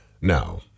Now